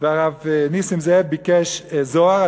והרב נסים זאב ביקש זוהר,